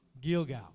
Gilgal